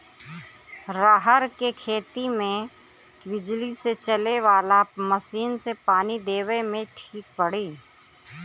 रहर के खेती मे बिजली से चले वाला मसीन से पानी देवे मे ठीक पड़ी?